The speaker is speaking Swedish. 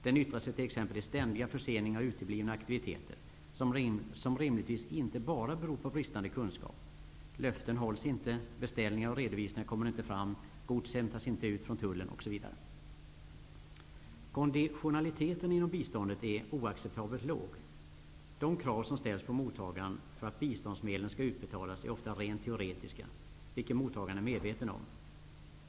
Den yttrar sig t.ex. i ständiga förseningar och uteblivna aktiviteter. Detta beror rimligtvis inte bara på bristande kunskap. Löften hålls inte, beställningar och redovisningar kommer inte fram, gods hämtas inte ut från tullen osv. Konditionaliteten inom biståndet är oacceptabelt låg. De krav som ställs på mottagaren för att biståndsmedlen skall utbetalas är ofta rent teoretiska, vilket mottagaren är medveten om.